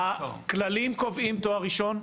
הכללים קובעים תואר ראשון?